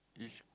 is